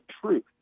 truth